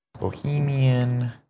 Bohemian